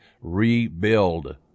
rebuild